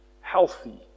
Healthy